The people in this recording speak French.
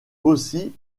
aussi